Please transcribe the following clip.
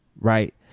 Right